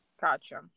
Gotcha